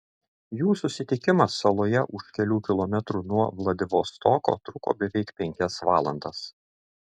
jų susitikimas saloje už kelių kilometrų nuo vladivostoko truko beveik penkias valandas